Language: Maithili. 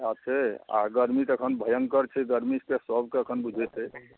सएह छै आ गर्मी तऽ एखन भयंकर छै गर्मी से तऽ सबके एखन बुझेतै